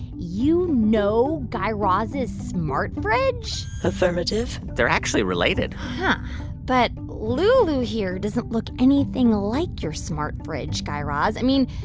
you know guy raz's smart fridge? affirmative they're actually related and but lulu here doesn't look anything like your smart fridge, guy raz. i mean,